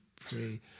pray